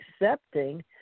accepting